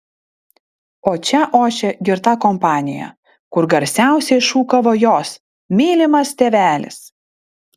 o čia ošė girta kompanija kur garsiausiai šūkavo jos mylimas tėvelis